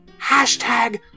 hashtag